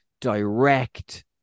direct